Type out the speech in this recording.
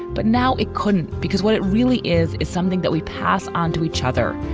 but now it couldn't, because what it really is is something that we pass on to each other,